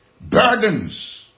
Burdens